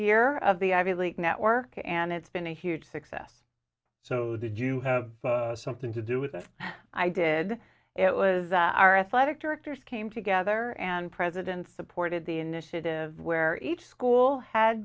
year of the ivy league network and it's been a huge success so that you have something to do with it i did it was our athletic directors came together and president supported the initiative where each school had